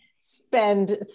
spend